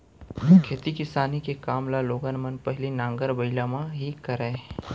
खेती किसानी के काम ल लोगन मन पहिली नांगर बइला म ही करय